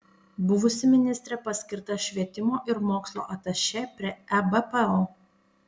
buvusi ministrė paskirta švietimo ir mokslo atašė prie ebpo